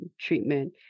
treatment